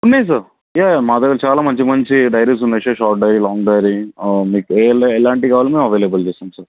ఉన్నాయి sir yeah yeah మా దగ్గర చాలా మంచి మంచి డైరీస్ ఉన్నాయి వచ్చేసి షార్ట్ డైరీ లాంగ్ డైరీ మీకు ఎ ఎలాంటి కావాలన్న అవైలబుల్ చేస్తాం సార్